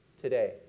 today